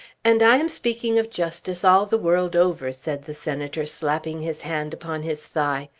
and i am speaking of justice all the world over, said the senator slapping his hand upon his thigh.